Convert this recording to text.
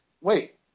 Wait